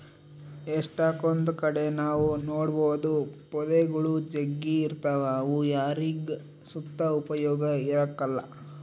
ಎಷ್ಟಕೊಂದ್ ಕಡೆ ನಾವ್ ನೋಡ್ಬೋದು ಪೊದೆಗುಳು ಜಗ್ಗಿ ಇರ್ತಾವ ಅವು ಯಾರಿಗ್ ಸುತ ಉಪಯೋಗ ಇರಕಲ್ಲ